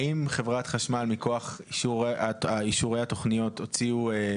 האם חברת חשמל מכוח אישורי התוכניות הוציאו